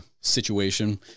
situation